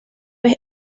vez